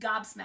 gobsmacked